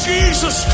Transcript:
Jesus